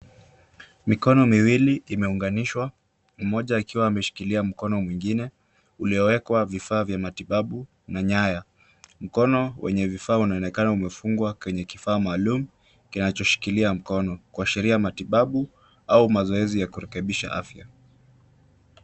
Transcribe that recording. Mikono miwili imeunganishwa, mmoja akiwa ameshikilia mkono mwingine, ulioekwa vifaa vya matibabu na nyaya. Mkono wenye vifaa unaonekana umefungwa kwenye kifaa maalum kinachoshikilia mkono kuashiria matibabu au mazoezi ya kurekebisha afya.